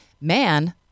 Man